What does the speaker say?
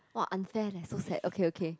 !wah! unfair leh so sad okay okay